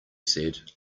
said